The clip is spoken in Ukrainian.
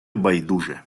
байдуже